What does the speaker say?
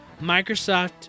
Microsoft